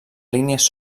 línies